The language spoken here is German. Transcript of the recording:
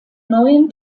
neuen